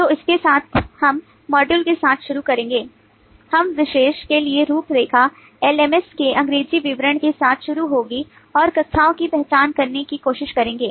तो इसके साथ हम मॉड्यूल के साथ शुरू करेंगे इस विशेष के लिए रूपरेखा LMS के अंग्रेजी विवरण के साथ शुरू होगी और कक्षाओं की पहचान करने की कोशिश करेंगे